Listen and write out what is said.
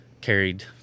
carried